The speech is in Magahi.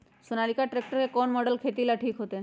सोनालिका ट्रेक्टर के कौन मॉडल खेती ला ठीक होतै?